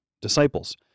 disciples